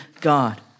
God